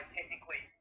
technically